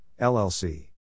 LLC